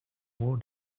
war